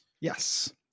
Yes